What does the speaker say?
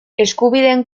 eskubideen